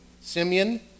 Simeon